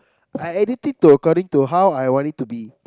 I edit it to according to how I want it to be